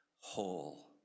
whole